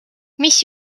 mis